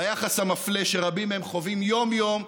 ליחס המפלה שרבים מהם חווים יום-יום,